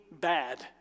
bad